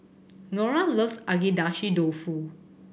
Nora loves Agedashi Dofu